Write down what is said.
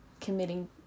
committing